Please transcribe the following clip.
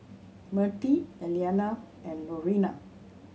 Mertie Elliana and Lurena